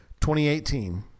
2018